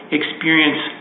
experience